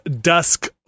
Dusk